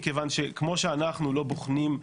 כיוון שכמו שאנחנו לא בוחנים,